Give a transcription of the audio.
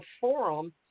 forum